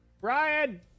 Brian